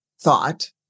thought